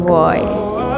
voice